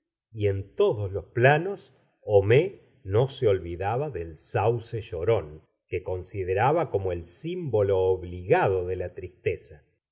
y en todos los planos homais no se olvidaba del sauce llorón que consideraba como el símbolo obligado de la tristeza